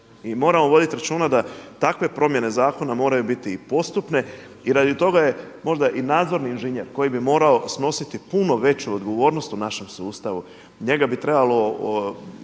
moramo voditi računa da takve promjene zakona moraju biti postupne i radi toga je možda i nadzorni inženjer koji bi morao snositi puno veću odgovornost u našem sustavu njega bi trebalo